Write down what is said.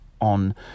on